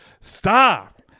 stop